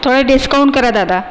थोडं डिस्कौंट करा दादा